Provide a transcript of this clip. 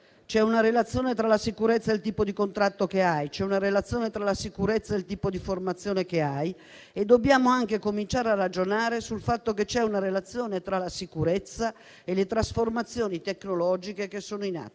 c'è una relazione tra la sicurezza e il tipo di contratto che hai, c'è una relazione tra la sicurezza e il tipo di formazione che hai. Dobbiamo anche cominciare a ragionare sul fatto che c'è una relazione tra la sicurezza e le trasformazioni tecnologiche che sono in atto